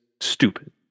stupid